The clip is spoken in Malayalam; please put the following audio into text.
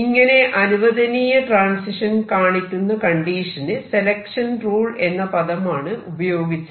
ഇങ്ങനെ അനുവദനീയ ട്രാൻസിഷൻ കാണിക്കുന്ന കണ്ടീഷന് സെലക്ഷൻ റൂൾ എന്ന പദം ആണ് ഉപയോഗിച്ചത്